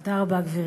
תודה רבה, גברתי.